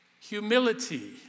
Humility